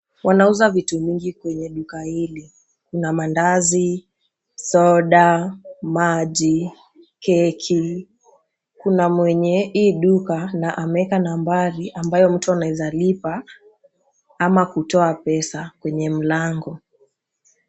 Wanauza vitu mingi kwenye duka hili kuna mandazi, soda, maji, keki. Kuna mwenye hii duka na ameweka nambari ambayo mtu anaweza lipa ama kutoa pesa kwenye mlango.